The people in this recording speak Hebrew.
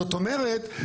זאת אומרת,